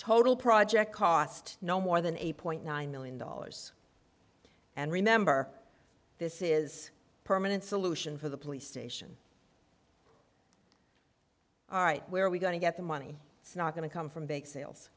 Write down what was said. total project cost no more than eight point nine million dollars and remember this is a permanent solution for the police station right where are we going to get the money it's not going to come from bake sales